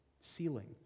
ceiling